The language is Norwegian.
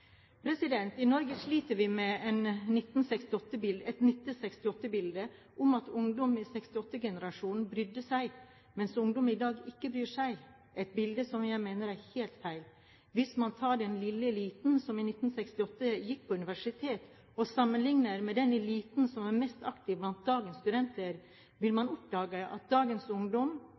I Norge sliter vi med et 1968-bilde om at ungdom i 68-generasjonen brydde seg, mens ungdom i dag ikke bryr seg – et bilde som jeg mener er helt feil. Hvis man tar den lille eliten som i 1968 gikk på universitetet, og sammenlikner med den eliten som er mest aktiv blant dagens studenter, vil man oppdage at dagens ungdom